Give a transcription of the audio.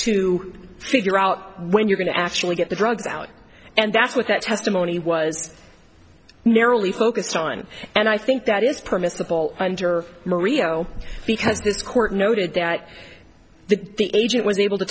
to figure out when you're going to actually get the drugs out and that's what that testimony was narrowly focused on and i think that is permissible under mario because this court noted that the agent was able to